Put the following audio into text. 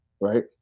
right